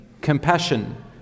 compassion